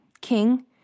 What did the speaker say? king